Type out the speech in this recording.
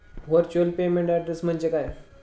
Virtual payment address म्हणजे काय?